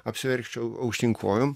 apsiverčiau aukštyn kojom